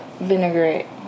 vinaigrette